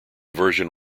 version